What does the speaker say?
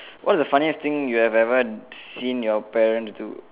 what's the funniest thing you have ever seen your parents do